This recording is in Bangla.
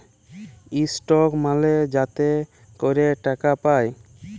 ইসটক মালে যাতে ক্যরে টাকা পায়